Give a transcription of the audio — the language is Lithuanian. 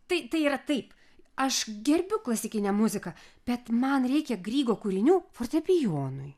tai tai yra taip aš gerbiu klasikinę muziką bet man reikia grygo kūrinių fortepijonui